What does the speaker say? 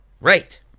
Right